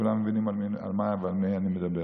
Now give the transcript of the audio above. כולם יודעים על מה ועל מי אני מדבר.